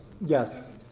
Yes